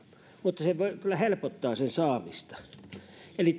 mutta se voi kyllä helpottaa sen saamista eli